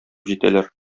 җитәләр